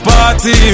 Party